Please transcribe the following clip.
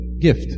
gift